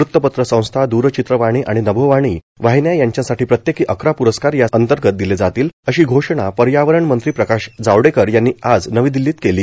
वृतपत्र संस्था दूरचित्रवाणी आणि नभोवाणी वाहिन्या यांच्यासाठी प्रत्येकी अकरा पुरस्कार या अंतर्गत दिले जातील अशी घोषणा पर्यावरण मंत्री प्रकाश जावडेकर यांनी आज नवी दिल्लीत केली